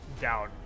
down